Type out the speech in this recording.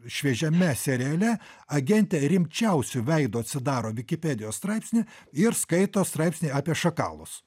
šviežiame seriale agentė rimčiausiu veidu atsidaro vikipedijos straipsnį ir skaito straipsnį apie šakalus